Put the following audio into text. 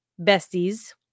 besties